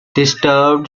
disturbed